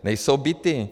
Nejsou byty.